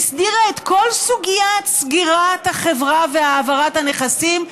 הסדירה את כל סוגיית סגירת החברה והעברת הנכסים,